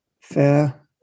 fair